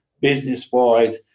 business-wide